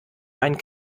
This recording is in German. meinen